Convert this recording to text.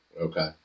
Okay